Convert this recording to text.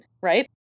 right